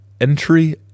entry